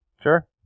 Sure